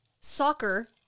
soccer